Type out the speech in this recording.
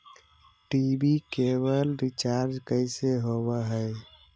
TV cable recharge कैसे होब हइ?